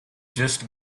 just